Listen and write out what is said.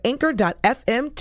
Anchor.fm